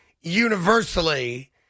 universally